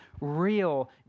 real